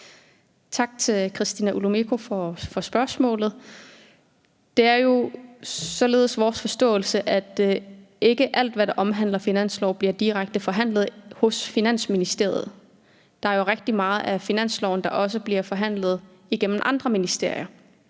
Tak til Christina Olumeko for spørgsmålet. Det er jo vores forståelse, at ikke alt, hvad der omhandler finansloven, direkte bliver forhandlet i Finansministeriet. Der er jo rigtig meget af finansloven, der bliver forhandlet igennem andre ministerier,